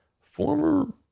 former